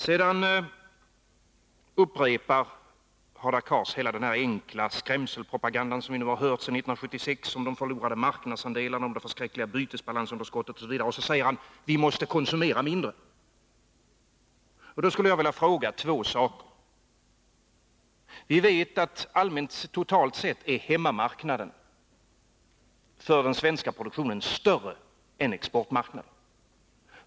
Sedan upprepar Hadar Cars hela den enkla skrämselpropaganda som vi har hört sedan 1976 om de förlorade marknadsandelarna, det förskräckliga bytesbalansunderskottet osv. Och så säger han: Vi måste konsumera mindre! Då skulle jag vilja fråga två saker. Vi vet att allmänt totalt sett är hemmamarknaden för den svenska produktionen större än exportmarknaden.